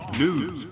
news